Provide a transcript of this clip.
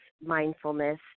mindfulness